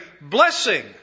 blessing